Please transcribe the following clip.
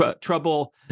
trouble